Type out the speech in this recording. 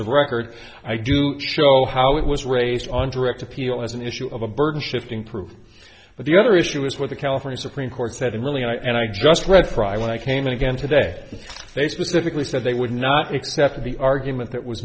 of record i do show how it was raised on direct appeal as an issue of a burden shifting proof but the other issue is what the california supreme court said and really i just read cry when i came in again today and they specifically said they would not accept the argument that was